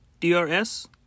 DRS